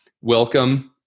welcome